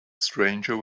stranger